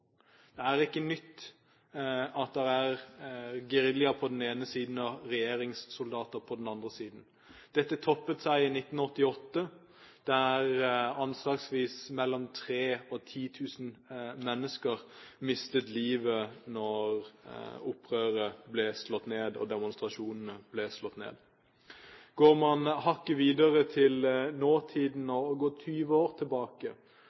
Det er ikke nytt at det er gerilja på den ene siden og regjeringssoldater på den andre siden. Dette toppet seg i 1988, da anslagsvis mellom 3 000 og 10 000 mennesker mistet livet da opprøret og demonstrasjonene ble slått ned. Man kan gå litt videre, til